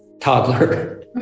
toddler